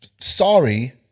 Sorry